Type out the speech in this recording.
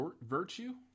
Virtue